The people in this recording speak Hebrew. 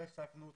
לא הפסקנו אותם,